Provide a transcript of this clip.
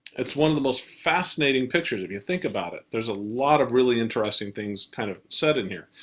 it's one of the most fascinating pictures if you think about it. there's a lot of really interesting things kinda kind of said in here.